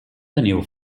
teniu